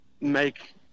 make